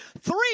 three